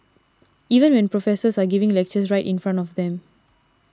even when professors are giving lectures right in front of them